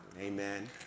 amen